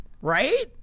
right